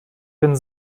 bin